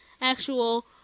actual